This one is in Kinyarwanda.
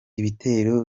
ibitero